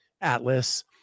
Atlas